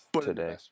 today